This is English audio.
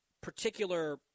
particular